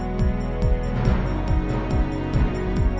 and